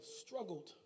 struggled